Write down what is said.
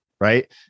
right